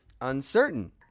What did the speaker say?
Uncertain